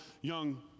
young